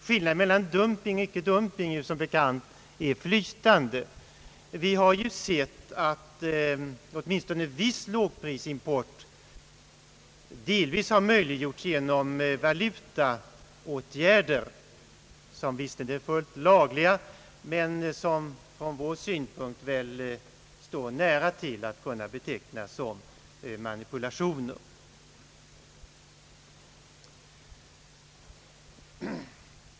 Skillnaden mellan dumping och icke dumping är ju för övrigt som bekant flytande, Vi har sett att åtminstone viss lågprisimport delvis har möjliggjorts genom valutaåtgärder, som visserligen är fullt lagliga, men som från vår synpunkt står nära till att kunna betecknas som manipulationer.